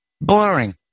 boring